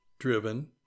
driven